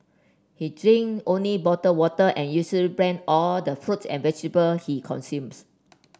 he drink only bottled water and usually blend all the fruits and vegetable he consumes